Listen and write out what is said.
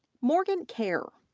morgan kaehr,